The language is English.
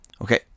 Okay